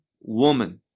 woman